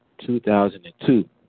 2002